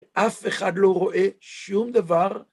אף אחד לא רואה שום דבר.